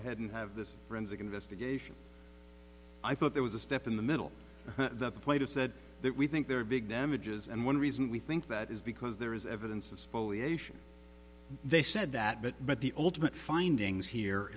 ahead and have this forensic investigation i thought there was a step in the middle plato said that we think there are big damages and one reason we think that is because there is evidence of spoliation they said that but but the ultimate findings here